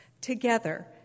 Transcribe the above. together